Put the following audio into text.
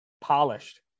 polished